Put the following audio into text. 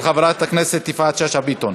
של חברת הכנסת יפעת שאשא ביטון.